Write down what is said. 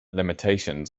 limitations